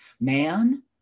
man